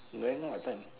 may I know what time